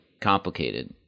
complicated